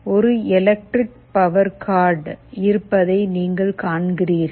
ஒரு electric power cord இருப்பதை நீங்கள் காண்கிறீர்கள்